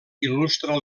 il·lustra